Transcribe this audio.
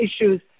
issues